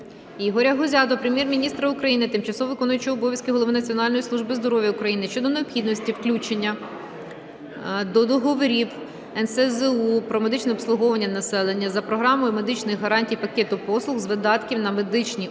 Ігоря Гузя до Прем'єр-міністра України, тимчасово виконуючого обов'язки голови Національної служби здоров'я України щодо необхідності включення до договорів НСЗУ про медичне обслуговування населення за програмою медичних гарантій пакету послуг з видатків на медичні огляди,